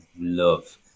love